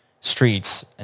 streets